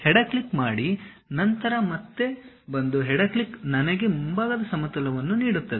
ಎಡ ಕ್ಲಿಕ್ ಮಾಡಿ ನಂತರ ಮತ್ತೆ ಒಂದು ಎಡ ಕ್ಲಿಕ್ ನನಗೆ ಮುಂಭಾಗದ ಸಮತಲವನ್ನು ನೀಡುತ್ತದೆ